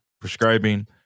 prescribing